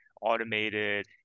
automated